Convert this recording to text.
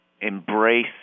embrace